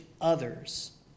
others